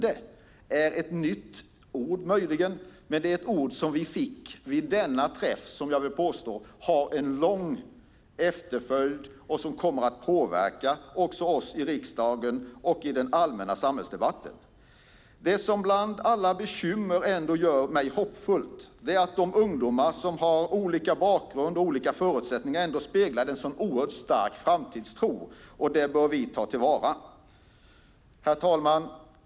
Det är möjligen ett nytt ord, men det är ett ord som vi fick vid denna träff som, vill jag påstå, kommer att ha en lång efterföljd och som kommer att påverka också oss i riksdagen och i den allmänna samhällsdebatten. Det som bland alla bekymmer ändå gör mig hoppfull är att dessa ungdomar, med olika bakgrund och olika förutsättningar, speglade en så oerhört stark framtidstro. Det bör vi ta till vara. Herr talman!